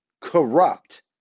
corrupt